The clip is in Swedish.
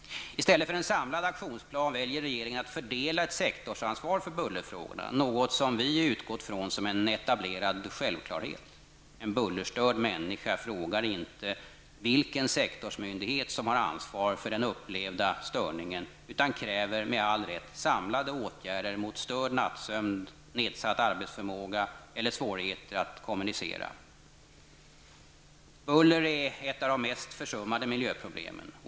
I stället för en samlad aktionsplan väljer regeringen att fördela ett sektorsansvar för bullerfrågorna, något som vi utgått från som en etablerad självklarhet. En bullerstörd människa frågar inte vilken sektorsmyndighet som har ansvar för den upplevda störningen utan kräver med all rätt samlade åtgärder mot störd nattsömn, nedsatt arbetsförmåga eller svårigheter att kommunicera. Buller är ett av de mest försummade miljöproblemen.